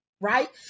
right